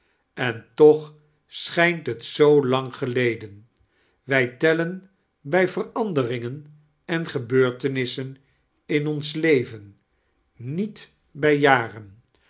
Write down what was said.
en toch schijn het zoo lang geleden wij tellen bij veranderingen en gebemrtendssen in ons leven niet bij jaren